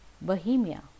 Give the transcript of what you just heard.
Bohemia